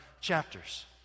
chapters